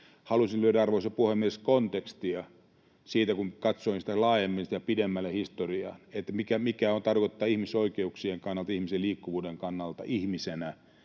Halusin luoda, arvoisa puhemies, kontekstia siitä, kun katsoin laajemmin sekä pidemmälle historiaa, mitä se tarkoittaa ihmisoikeuksien kannalta, ihmisen liikkuvuuden kannalta, ihmisenä